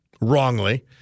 wrongly